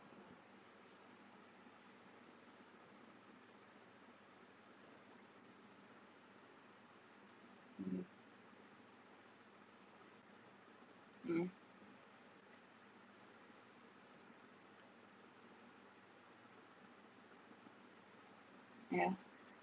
mm mm yeah